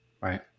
Right